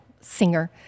singer